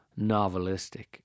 novelistic